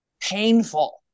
Painful